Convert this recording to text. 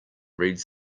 reads